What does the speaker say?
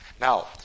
Now